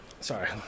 Sorry